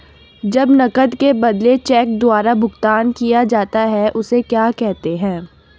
जब नकद के बदले चेक द्वारा भुगतान किया जाता हैं उसे क्या कहते है?